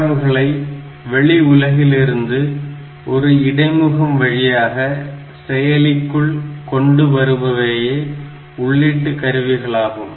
தரவுகளை வெளி உலகிலிருந்து ஒரு இடைமுகம் வழியாக செயலிக்குள் கொண்டு வருபவையே உள்ளீட்டு கருவிகளாகும்